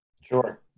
Sure